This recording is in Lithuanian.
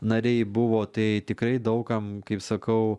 nariai buvo tai tikrai daug kam kaip sakau